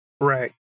Right